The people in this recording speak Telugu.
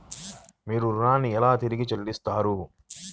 మీరు ఋణాన్ని ఎలా తిరిగి చెల్లిస్తారు?